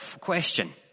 question